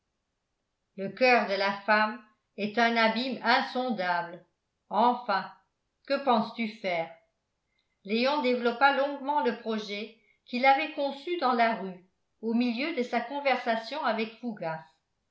le coeur de la femme est un abîme insondable enfin que penses-tu faire léon développa longuement le projet qu'il avait conçu dans la rue au milieu de sa conversation avec fougas